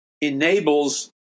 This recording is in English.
enables